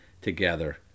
together